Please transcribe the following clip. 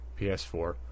PS4